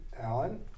Alan